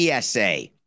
PSA